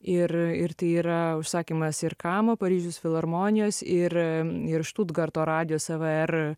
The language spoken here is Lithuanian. ir ir tai yra užsakymas ir kamo paryžiaus filharmonijos ir ir štutgarto radijo svr